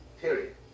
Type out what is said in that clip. Period